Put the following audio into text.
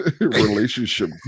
relationship